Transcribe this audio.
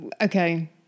Okay